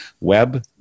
Web